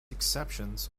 exceptions